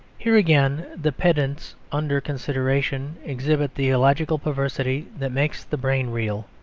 here again the pendants under consideration exhibit the illogical perversity that makes the brain reel.